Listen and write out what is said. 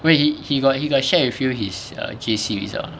wait he he got he got share with you his err J_C results ah